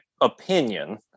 opinion